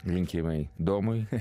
linkėjimai domui